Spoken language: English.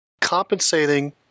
compensating